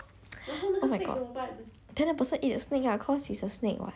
oh my god then the person eat the snake lah cause he's a snake [what]